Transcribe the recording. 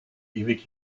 ewig